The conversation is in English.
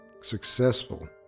successful